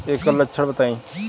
एकर लक्षण बताई?